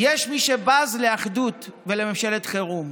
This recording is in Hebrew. ומשפט שמוביל פה את הדבר: יש מי שבז לאחדות ולממשלת חירום,